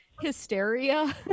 hysteria